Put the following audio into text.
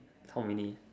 how many